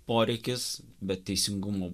poreikis bet teisingumo